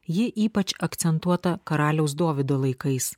ji ypač akcentuota karaliaus dovydo laikais